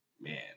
man